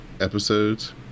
episodes